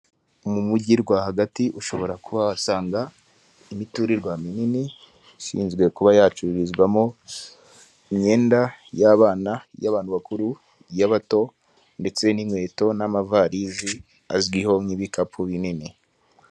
Mu mujyi rwagati ushobora kuba wahasanga imiturirwa minini ishinzwe kuba yacururizwamo imyenda y'abana, iy'abantu bakuru, iy'abato, ndetse n'inkweto n'amavarizi azwiho nk'ibikapu binini.